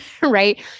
Right